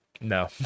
no